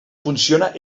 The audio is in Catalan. funciona